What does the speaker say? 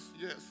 yes